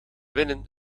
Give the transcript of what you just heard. winnen